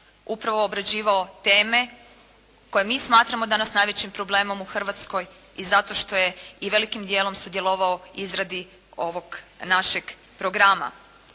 upravo obrađivao teme koje mi smatramo danas najvećim problemom u Hrvatskoj. I zato što je i velikim dijelom sudjelovao u izradi ovog našeg programa.